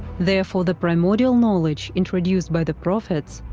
therefore, the primordial knowledge introduced by the prophets,